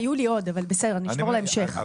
היו לי עוד, אבל אני אשמור להמשך.